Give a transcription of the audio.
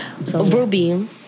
Ruby